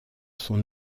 son